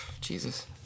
Jesus